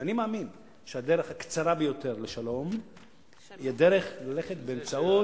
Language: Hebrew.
שאני מאמין שהדרך הקצרה ביותר לשלום היא ללכת באמצעות,